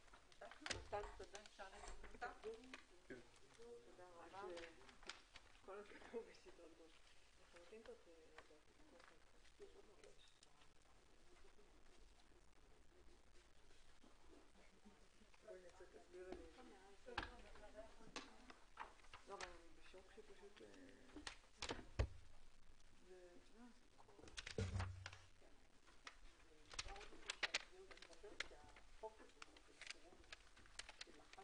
בשעה 13:40.